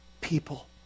people